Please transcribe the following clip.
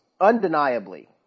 undeniably